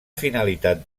finalitat